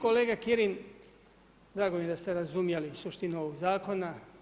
Kolega Kirin, drago mi je da ste razumjeli suštinu ovog zakona.